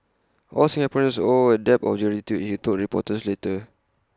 all Singaporeans owe A debt of gratitude he told reporters later